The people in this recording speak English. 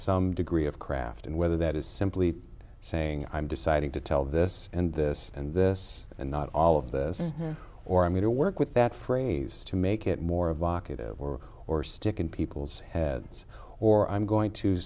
some degree of craft and whether that is simply saying i'm deciding to tell this and this and this and not all of this or i'm going to work with that phrase to make it more evocative or or stick in people's heads or i'm going to